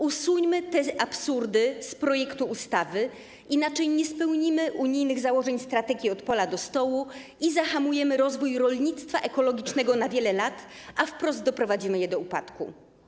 Usuńmy te absurdy z projektu ustawy, inaczej nie spełnimy unijnych założeń strategii ˝Od pola do stołu˝ i zahamujemy rozwój rolnictwa ekologicznego na wiele lat, a wprost doprowadzimy je do upadku.